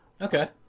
okay